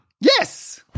Yes